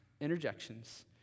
interjections